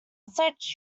search